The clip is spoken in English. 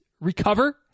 recover